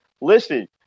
Listen